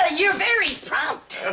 ah you're very prompt.